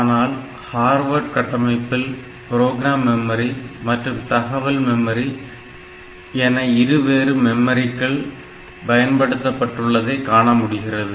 ஆனால் ஹார்வேர்ட் கட்டமைப்பில் program memory மற்றும் தகவல் மெமரி என இருவேறு மெமரிகள் பயன்படுத்தப்பட்டுள்ளதை காணமுடிகிறது